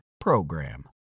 PROGRAM